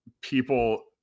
people